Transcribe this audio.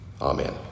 Amen